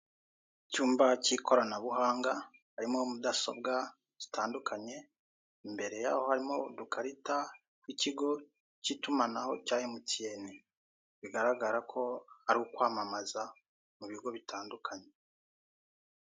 Icyumba cy'ikoranabuhanga harimo mudasobwa zitandukanye, imbere yaho harimo udukarita tw'ikigo cy'itumanaho cya emutiyeni. bigaragara ko ari ukwamamaza mu bigo bitandukanye.